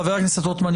חבר הכנסת רטמן,